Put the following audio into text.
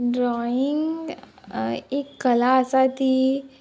drawing एक कला आसा ती